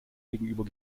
gegenüber